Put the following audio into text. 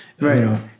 Right